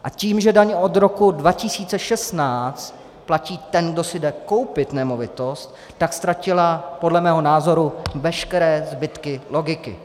A tím, že daň od roku 2016 platí ten, kdo si jde koupit nemovitost, tak ztratila podle mého názoru veškeré zbytky logiky.